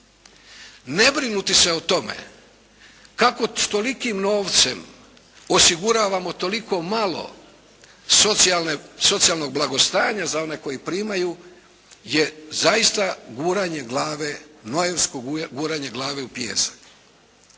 Ne brinuti se o tome kako s tolikim novcem osiguravamo toliko malo socijalnog blagostanja za one koji primaju je zaista guranje glave, nojevsko guranje glave u pijesak.